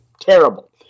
Terrible